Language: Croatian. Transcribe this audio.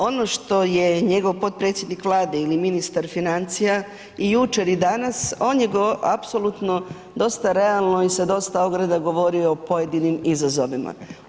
Ono što je njegov potpredsjednik Vlade ili ministar financija i jučer i danas, on je apsolutno dosta realno i sa dosta ograda govorio o pojedinim izazovima.